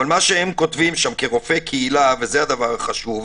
אבל הם כותבים שם כרופאי קהילה, וזה הדבר החשוב: